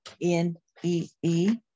N-E-E